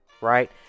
right